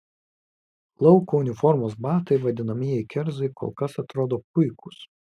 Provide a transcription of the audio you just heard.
lauko uniformos batai vadinamieji kerzai kol kas atrodo puikūs